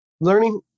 learning